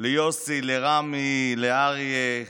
ליוסי, לרמי, לאריה,